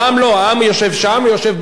העם יושב שם או יושב בבית,